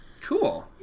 cool